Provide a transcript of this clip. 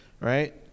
right